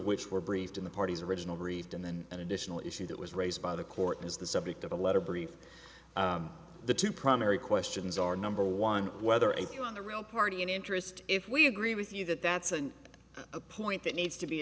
which were briefed in the parties original refed and then an additional issue that was raised by the court is the subject of a letter brief the two primary questions are number one whether if you are the real party in interest if we agree with you that that's an a point that needs to be